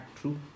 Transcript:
true